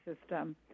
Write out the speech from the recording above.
system